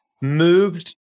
moved